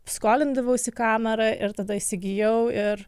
skolindavausi kamerą ir tada įsigijau ir